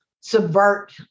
subvert